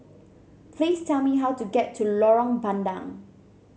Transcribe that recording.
please tell me how to get to Lorong Bandang